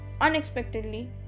unexpectedly